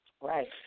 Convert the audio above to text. Right